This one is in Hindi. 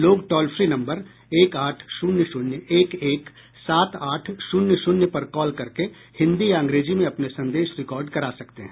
लोग टोल फ्री नम्बर एक आठ शून्य शून्य एक एक सात आठ शून्य शून्य पर कॉल करके हिन्दी या अंग्रेजी में अपने संदेश रिकॉर्ड करा सकते हैं